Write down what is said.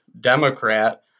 Democrat